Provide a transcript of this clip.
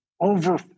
over